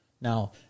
Now